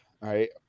right